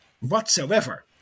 whatsoever